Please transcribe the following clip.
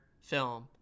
film